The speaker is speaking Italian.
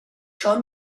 ciò